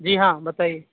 جی ہاں بتائیے